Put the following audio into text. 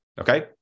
okay